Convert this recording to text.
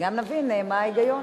וגם נבין מה ההיגיון,